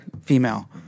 Female